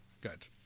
Good